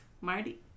Marty